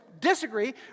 disagree